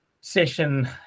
session